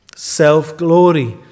Self-glory